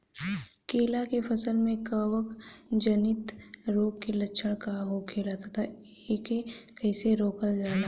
केला के फसल में कवक जनित रोग के लक्षण का होखेला तथा एके कइसे रोकल जाला?